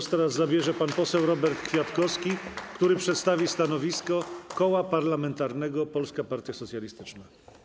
Głos teraz zabierze pan poseł Robert Kwiatkowski, który przedstawi stanowisko Koła Parlamentarnego Polska Partia Socjalistyczna.